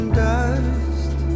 dust